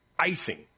icing